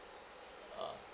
ah